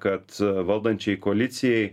be kad valdančiai koalicijai